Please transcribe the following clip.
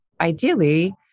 ideally